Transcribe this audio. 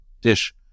Dish